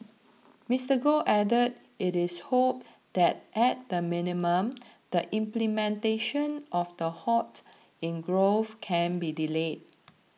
Mister Goh added it is hoped that at the minimum the implementation of the halt in growth can be delayed